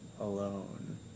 alone